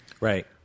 Right